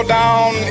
down